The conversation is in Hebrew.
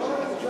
לא,